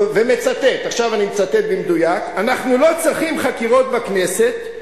עכשיו אני מצטט במדויק: אנחנו לא צריכים חקירות בכנסת,